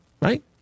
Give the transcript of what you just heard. right